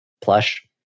plush